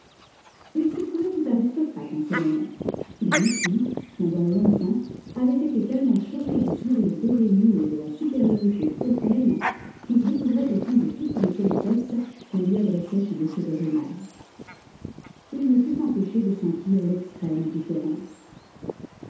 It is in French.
il se trouvait tout aristocrate en ce moment lui qui pendant longtemps avait été tellement choqué du sourire dédaigneux et de la supériorité hautaine qu'il découvrait au fond de toutes les politesses qu'on lui adressait chez m de rênal il ne put s'empêcher de sentir l'extrême différence